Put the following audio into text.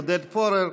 עודד פורר,